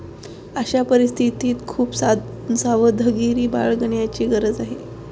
अशा परिस्थितीत खूप सावधगिरी बाळगण्याची गरज आहे